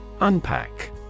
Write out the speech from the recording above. Unpack